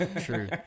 True